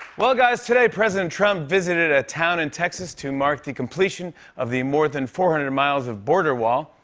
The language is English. well, guys, today, president trump visited a town in texas to mark the completion of the more than four hundred miles of border wall.